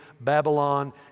Babylon